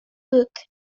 book